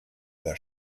their